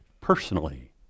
personally